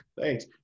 thanks